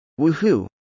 Woohoo